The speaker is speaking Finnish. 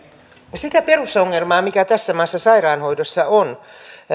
puhemies sitä perusongelmaa mikä tässä maassa sairaanhoidossa on